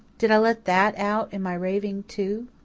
did i let that out in my raving, too?